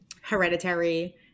hereditary